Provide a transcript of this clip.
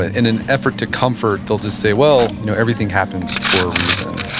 in an effort to comfort, they'll just say, well you know everything happens for a reason.